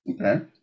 Okay